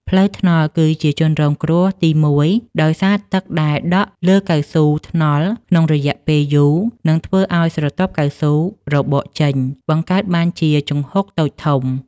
ផ្លូវថ្នល់គឺជាជនរងគ្រោះទីមួយ ដោយសារទឹកដែលដក់លើកៅស៊ូថ្នល់ក្នុងរយៈពេលយូរ នឹងធ្វើឱ្យស្រទាប់កៅស៊ូរបកចេញ បង្កើតបានជាជង្ហុកតូចធំ។